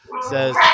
says